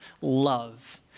love